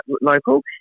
local